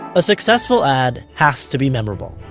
a successful ad has to be memorable,